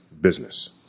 business